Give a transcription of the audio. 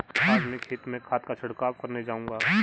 आज मैं खेत में खाद का छिड़काव करने जाऊंगा